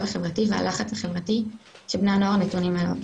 החברתי והלחץ החברתי שבני נוער נתונים בהם.